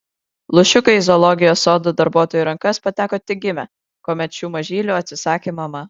lūšiukai į zoologijos sodo darbuotojų rankas pateko tik gimę kuomet šių mažylių atsisakė mama